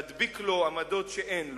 להדביק לו עמדות שאין לו,